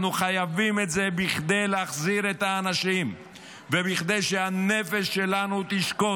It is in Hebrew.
אנחנו חייבים את זה כדי להחזיר את האנשים וכדי שהנפש שלנו תשקוט.